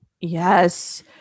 Yes